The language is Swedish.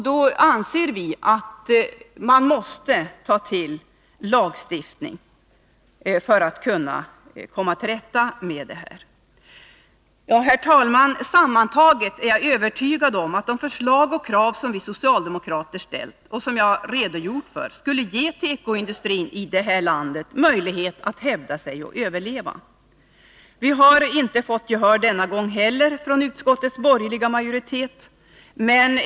Då anser vi att man måste ta till lagstiftning för att komma till rätta med problemet. Herr talman! Sammantaget är jag övertygad om att de förslag och krav som vi socialdemokrater ställt, och som jag här redogjort för, skulle ge tekoindustrin i det här landet möjlighet att hävda sig och överleva. Vi har emellertid inte fått gehör denna gång heller från utskottets borgerliga majoritet.